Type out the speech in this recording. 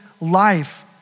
life